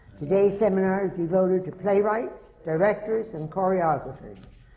today's seminar to playwrights, directors, and choreographers.